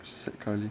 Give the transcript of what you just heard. securely